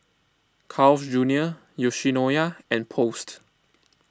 Carl's Junior Yoshinoya and Post